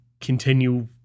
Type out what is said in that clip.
continue